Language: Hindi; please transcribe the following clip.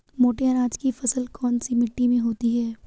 मोटे अनाज की फसल कौन सी मिट्टी में होती है?